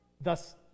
thus